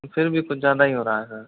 फिर भी कुछ ज्यादा ही हो रहा है सर